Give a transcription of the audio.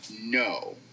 No